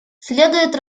следует